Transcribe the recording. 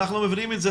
אנחנו מבינים את זה,